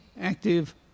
active